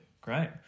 Great